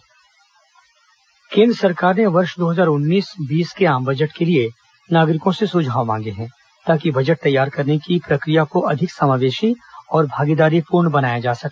केंद्र बजट सुझाव केन्द्र सरकार ने वर्ष दो हजार उन्नीस बीस के आम बजट के लिये नागरिकों से सुझाव मांगे हैं ताकि बजट तैयार करने की प्रक्रिया को अधिक समावेशी और भागीदारीपूर्ण बनाया जा सके